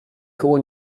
koło